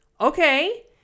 Okay